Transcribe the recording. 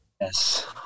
Yes